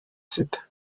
sida